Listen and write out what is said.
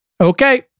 Okay